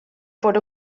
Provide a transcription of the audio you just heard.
fod